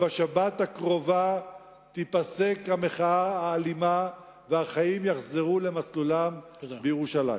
שבשבת הקרובה תיפסק המחאה האלימה והחיים יחזרו למסלולם בירושלים.